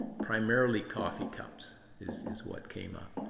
primarily coffee cups is is what came up.